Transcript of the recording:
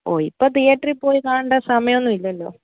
ഓ ഇപ്പോൾ തിയേറ്ററിൽ പോയി കാണേണ്ട സമയമൊന്നും ഇല്ലല്ലോ